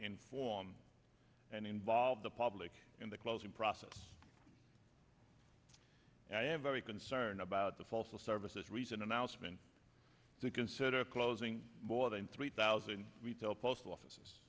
inform and involve the public in the closing process and i am very concerned about the fossil services reason announcement to consider closing more than three thousand retail postal offices